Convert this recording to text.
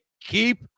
keep